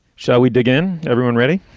shall we dig in? everyone ready?